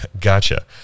Gotcha